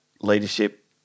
leadership